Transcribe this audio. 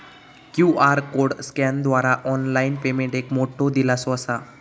QR code स्कॅनरद्वारा online payment एक मोठो दिलासो असा